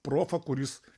profą kuris